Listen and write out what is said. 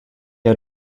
had